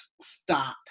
stop